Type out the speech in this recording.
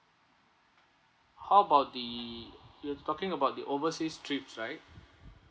how about the you're talking about the overseas trips right